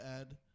add